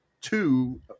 Two